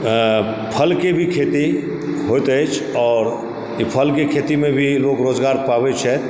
अऽ फलके भी खेती होइत अछि और ई फलके खेतीमे भी लोक रोजगार पाबैत छथि